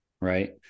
right